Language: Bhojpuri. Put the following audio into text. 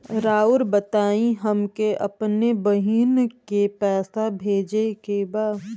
राउर बताई हमके अपने बहिन के पैसा भेजे के बा?